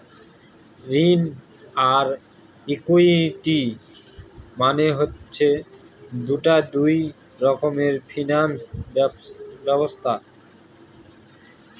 ঋণ আর ইকুইটি মানে হচ্ছে দুটা দুই রকমের ফিনান্স ব্যবস্থা